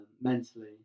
mentally